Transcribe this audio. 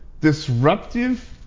disruptive